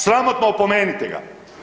Sramotno, opomenite ga.